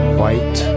white